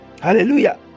Hallelujah